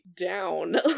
down